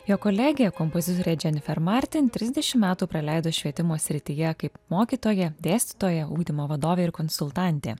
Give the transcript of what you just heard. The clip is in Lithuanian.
jo kolegė kompozitorė dženifer martin trisdešim metų praleido švietimo srityje kaip mokytoja dėstytoja ugdymo vadovė ir konsultantė